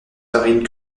farines